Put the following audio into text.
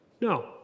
No